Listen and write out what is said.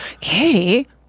Katie